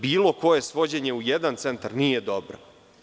Bilo koje svođenje u jedan centar nije dobro.